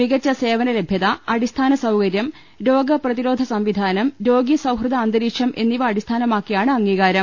മികച്ച സേവനലഭൃത അടിസ്ഥാനസൌകരൃം രോഗപ്രതി രോധ സംവിധാനം രോഗീസൌഹൃദ അന്തരീക്ഷം എന്നിവ അടിസ്ഥാനമാക്കിയാണ് അംഗീകാരം